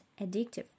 addictive